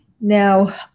Now